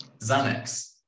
Xanax